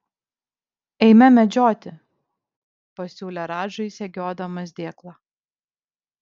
eime medžioti pasiūlė radžai segiodamas dėklą